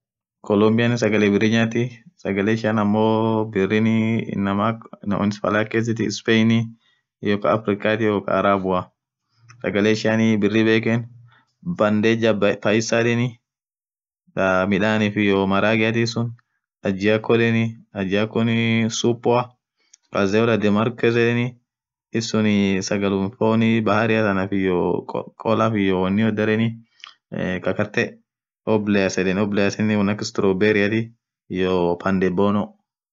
Colombianen sagale birri nyathi sagale ishian ammo birrini inamaa akaas fala hakhesiti spain iyo kaaa africati iyo kaa kaarabua sagale ishia birri bekhen bandeja panpersan yedheni thaa midhani iyo maragheti kajiako yedheni kajiakoni supua Kaa aksi wodargen markezi yedheni ishin sagale fonn bahari than iyo khola iyoo woni wodarani kakate ombleyas won akas stori berriati iyoo pande bonno